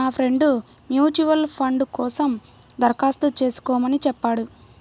నా friend mutual fund కోసం దరఖాస్తు చేస్కోమని చెప్పాడు